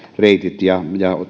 reitit ja ja